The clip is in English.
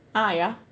ah ya